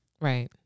right